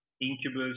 Incubus